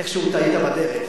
איכשהו טעית בדרך,